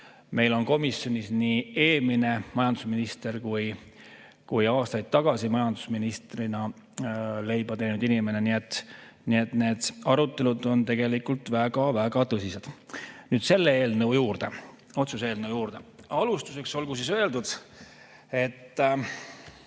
meil on komisjonis nii eelmine majandusminister kui aastaid tagasi majandusministrina leiba teeninud inimene. Nii et need arutelud on tegelikult olnud väga tõsised. Nüüd selle otsuse eelnõu juurde. Alustuseks olgu öeldud, et